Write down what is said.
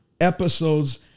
episodes